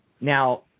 Now